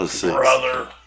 Brother